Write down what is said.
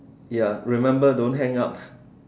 ya remember don't hang up